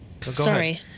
Sorry